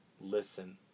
listen